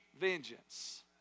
vengeance